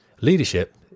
Leadership